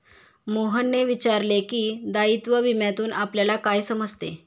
मोहनने विचारले की, दायित्व विम्यातून आपल्याला काय समजते?